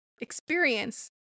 experience